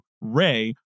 Ray